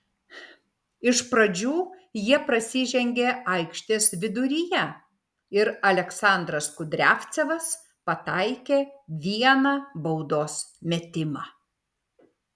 iš pradžių jie prasižengė aikštės viduryje ir aleksandras kudriavcevas pataikė vieną baudos metimą